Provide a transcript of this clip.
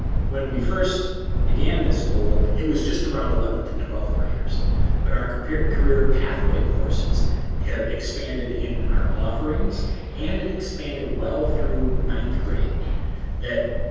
when we first began this goal, it was just around eleventh and twelfth graders but our career career pathway courses have expanded in our offerings and it expanded well through ninth grade that,